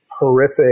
horrific